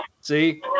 See